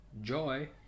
joy